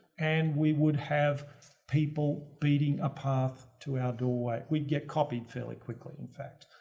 and we would have people beating a path to our doorway. we'd get copied fairly quickly, in fact,